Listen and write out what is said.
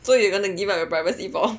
so you are going to give up your privacy for